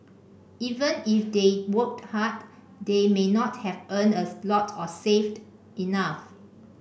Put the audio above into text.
even if they worked hard they may not have earned a lot or saved enough